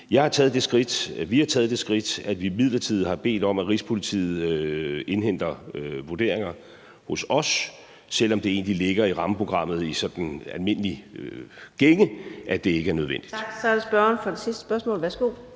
vi har taget det skridt, at vi midlertidigt har bedt om, at Rigspolitiet indhenter vurderinger hos os, selv om det egentlig ligger i rammeprogrammet i sådan almindelig gænge, at det ikke er nødvendigt.